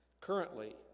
Currently